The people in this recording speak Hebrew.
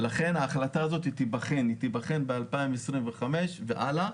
לכן ההחלטה הזאת תיבחן ב-2025 והלאה.